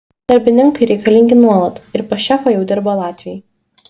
darbininkai reikalingi nuolat ir pas šefą jau dirba latviai